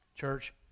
church